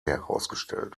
herausgestellt